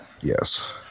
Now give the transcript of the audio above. yes